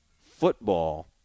football